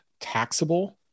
taxable